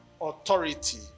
authority